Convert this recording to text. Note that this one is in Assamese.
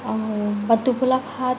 বা টোপোলা ভাত